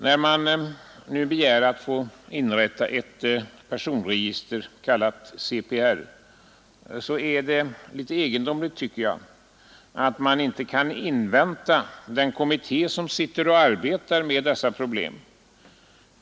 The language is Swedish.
När man nu begär att få inrätta ett personregister, CPR, tycker jag det är litet egendomligt att man inte kan invänta resultatet av de undersökningar som utförs av den tillsatta kommittén.